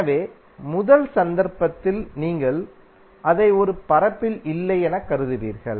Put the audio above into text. எனவே முதல் சந்தர்ப்பத்தில் நீங்கள் அதை ஒரு பரப்பில் இல்லை என கருதுவீர்கள்